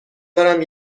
دارم